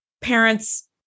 parents